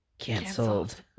Cancelled